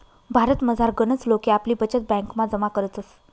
भारतमझार गनच लोके आपली बचत ब्यांकमा जमा करतस